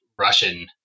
Russian